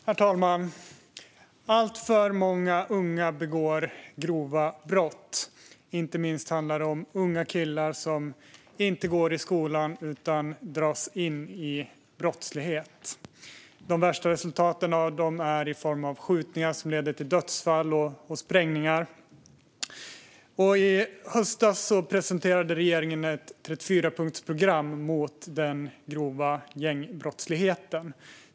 Herr talman! Alltför många unga begår grova brott. Inte minst handlar det om unga killar som inte går i skolan utan dras in i brottslighet. De värsta resultaten av detta är skjutningar som leder till dödsfall och sprängningar. I höstas presenterade regeringen ett 34-punktsprogram mot den grova gängbrottsligheten.